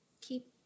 keep